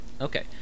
okay